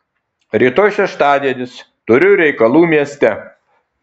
rytoj šeštadienis turiu reikalų mieste